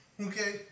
Okay